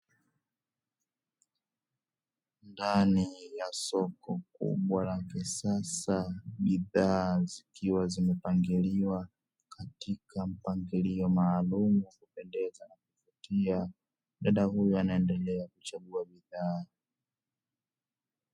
Ndani ya soko kubwa la kisasa, bidhaa zikiwa zimepangiliwa katika mpangilio maalumu wa kupendeza. Pia dada huyu anaendelea kuchagua bidhaa.